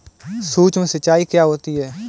सुक्ष्म सिंचाई क्या होती है?